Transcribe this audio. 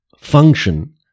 function